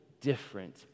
different